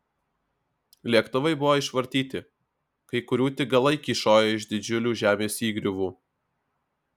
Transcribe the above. lėktuvai buvo išvartyti kai kurių tik galai kyšojo iš didžiulių žemės įgriuvų